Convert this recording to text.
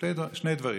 שני דברים: